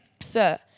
Sir